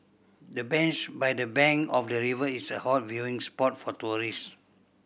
the bench by the bank of the river is a hot viewing spot for tourist